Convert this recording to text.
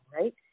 right